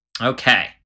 okay